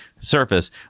surface